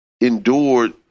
endured